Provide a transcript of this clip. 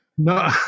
No